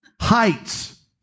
heights